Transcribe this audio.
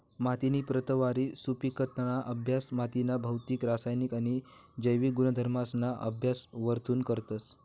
मातीनी प्रतवारी, सुपिकताना अभ्यास मातीना भौतिक, रासायनिक आणि जैविक गुणधर्मसना अभ्यास वरथून करतस